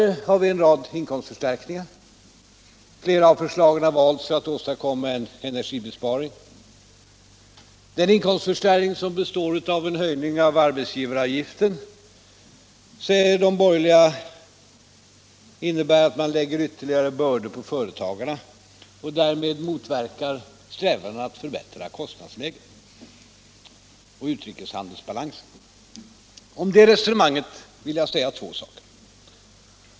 Vi föreslår en rad inkomstförstärkningar, av vilka flera har valts för att åstadkomma energibesparing. Den inkomstförstärkning som består av en höjning av arbetsgivaravgiften innebär, säger de borgerliga, att man lägger ytterligare bördor på företagarna och därmed motverkar strävandena att förbättra kostnadsläget och balansen i utrikeshandeln. Om det resonemanget vill jag säga två saker.